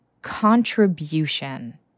contribution